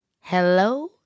hello